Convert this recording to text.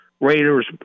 Raiders